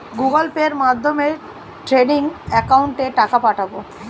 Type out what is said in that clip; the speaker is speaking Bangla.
গুগোল পের মাধ্যমে ট্রেডিং একাউন্টে টাকা পাঠাবো?